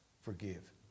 forgive